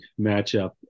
matchup